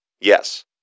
Yes